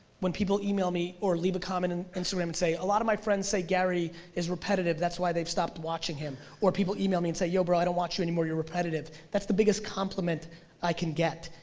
when people email me or leave a comment and and so on instagram, and say a lot of my friends say gary is repetitive that's why they've stopped watching him. or people email me and say yo bro i don't watch you anymore, you're repetitive, that's the biggest compliment i can get,